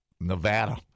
Nevada